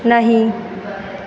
नहीं